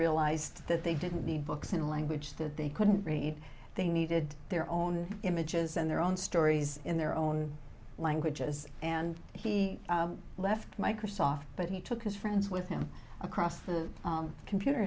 realised that they didn't need books in a language that they couldn't read they needed their own images and their own stories in their own languages and he left microsoft but he took his friends with him across the computer